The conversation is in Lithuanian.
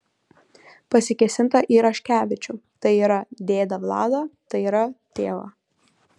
pasikėsinta į raškevičių tai yra dėdę vladą tai yra tėvą